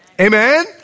Amen